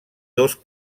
dos